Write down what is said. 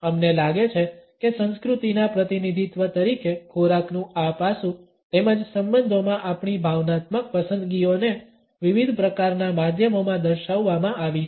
અમને લાગે છે કે સંસ્કૃતિના પ્રતિનિધિત્વ તરીકે ખોરાકનું આ પાસું તેમજ સંબંધોમાં આપણી ભાવનાત્મક પસંદગીઓને વિવિધ પ્રકારના માધ્યમોમાં દર્શાવવામાં આવી છે